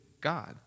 God